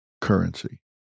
currency